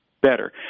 better